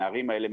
הנערים האלה,